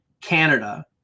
Canada